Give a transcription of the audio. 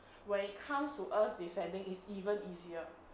when it comes to us defending it's even easier